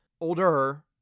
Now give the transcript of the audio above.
older